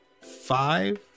Five